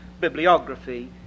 bibliography